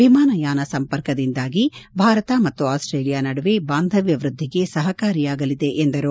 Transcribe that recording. ವಿಮಾನಯಾನ ಸಂಪರ್ಕದಿಂದಾಗಿ ಭಾರತ ಮತ್ತು ಆಸ್ಟೇಲಿಯಾ ನಡುವೆ ಬಾಂಧವ್ಯ ವೃದ್ಧಿಗೆ ಸಹಕಾರಿಯಾಗಲಿದೆ ಎಂದರು